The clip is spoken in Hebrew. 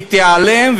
תיעלם,